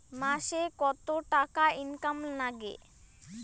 মাসে কত টাকা ইনকাম নাগে?